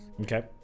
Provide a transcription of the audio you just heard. Okay